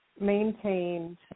maintained